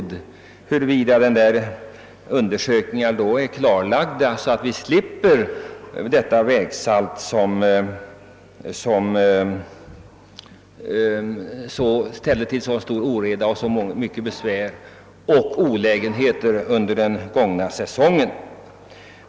Det kommer då att visa sig om undersökningarna är klarlagda så att vi slipper det vägsalt som ställt till så stor oreda, vållat så stort besvär samt förorsakat kostnader under den gångna säsongen.